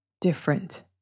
different